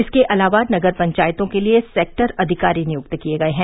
इसके अलावा नगर पंचायतों के लिये सेक्टर अधिकारी नियुक्त किये गये हैं